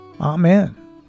Amen